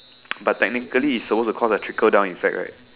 but technically it's supposed to call the trickle down effect right